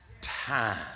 time